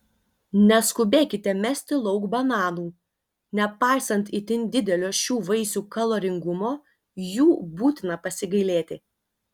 neskubėkite mesti lauk bananų nepaisant itin didelio šių vaisių kaloringumo jų būtina pasigailėti